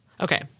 Okay